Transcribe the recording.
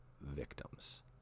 victims